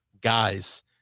guys